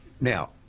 Now